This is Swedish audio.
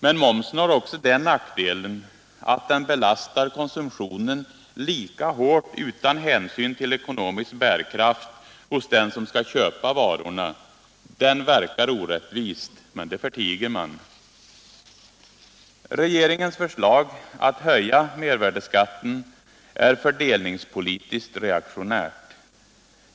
Men momsen har också den nackdelen att den belastar konsumtionen lika hårt utan hänsyn till ekonomisk bärkraft hos den som skall köpa varorna. Den verkar orättvist. Men det förtiger man. Regeringens förslag att höja mervärdeskatten är fördelningspolitiskt reaktionärt.